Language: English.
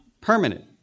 permanent